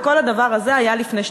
וכל זה היה לפני שנתיים,